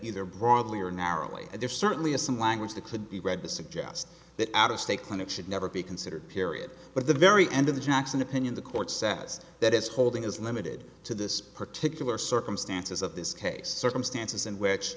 either broadly or narrowly there's certainly a some language that could be read to suggest that out of state clinics should never be considered period but the very end of the jackson opinion the court says that it's holding is limited to this particular circumstances of this case circumstances in which